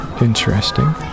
Interesting